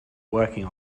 working